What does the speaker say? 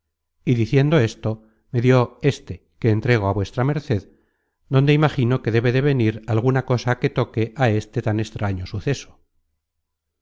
y diciendo esto me dió éste que entrego á vuesa merced donde imagino que debe de venir alguna cosa que toque á este tan extraño suceso